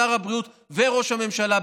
שר הבריאות וראש הממשלה,